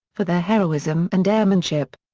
for their heroism and airmanship.